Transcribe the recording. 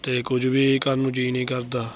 ਅਤੇ ਕੁਝ ਵੀ ਕਰਨ ਨੂੰ ਜੀਅ ਨਹੀਂ ਕਰਦਾ